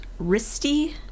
Risty